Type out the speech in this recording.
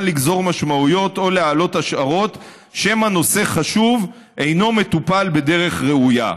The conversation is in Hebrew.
לגזור משמעויות או להעלות השערות שמא נושא חשוב אינו מטופל בדרך ראויה.